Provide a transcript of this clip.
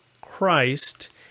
Christ